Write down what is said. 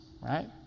Right